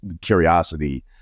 curiosity